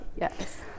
Yes